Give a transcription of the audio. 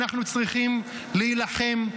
אנחנו צריכים להילחם,